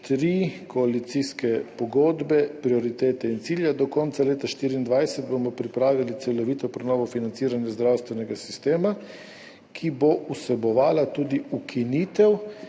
3 koalicijske pogodbe Prioritete in cilji: »Do konca leta 2024, bomo pripravili celovito prenovo financiranja zdravstvenega sistema, ki bo vsebovala tudi ukinitev